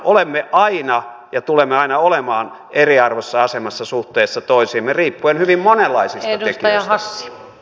olemme aina ja tulemme aina olemaan eriarvoisessa asemassa suhteessa toisiimme riippuen hyvin monenlaisista tekijöistä